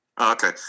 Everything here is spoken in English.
Okay